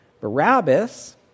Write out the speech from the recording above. Barabbas